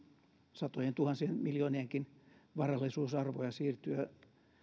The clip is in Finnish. satojentuhansien miljoonienkin varallisuusarvoja siirtyä